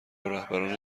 رهبران